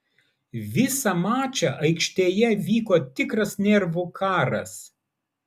visą mačą aikštėje vyko tikras nervų karas